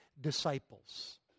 disciples